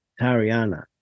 Tariana